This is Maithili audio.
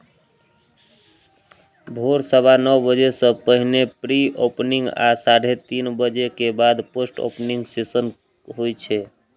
भोर सवा नौ बजे सं पहिने प्री ओपनिंग आ साढ़े तीन बजे के बाद पोस्ट ओपनिंग सेशन होइ छै